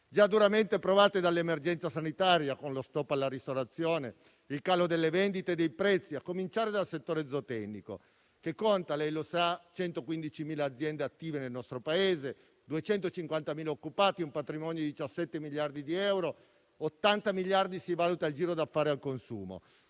già duramente provate dall'emergenza sanitaria, con lo *stop* alla ristorazione e il calo delle vendite e dei prezzi, a cominciare dal settore zootecnico, che conta - lei lo sa - 115.000 aziende attive nel nostro Paese, 250.000 occupati e un patrimonio di 17 miliardi di euro (80 miliardi si valuta il giro d'affari al consumo).